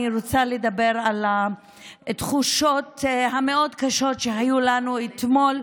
אני רוצה לדבר על התחושות הקשות מאוד שהיו לנו אתמול,